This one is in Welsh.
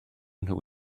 nhw